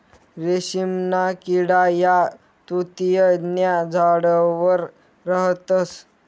रेशीमना किडा या तुति न्या झाडवर राहतस